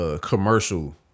commercial